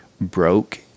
broke